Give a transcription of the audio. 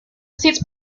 seats